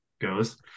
goes